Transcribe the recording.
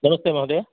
नमस्ते महोदय